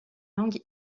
langue